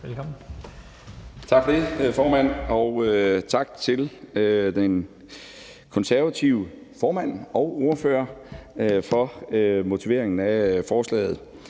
Bødskov): Tak for det, formand. Og tak til den konservative formand og ordfører for forslagsstillerne